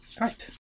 right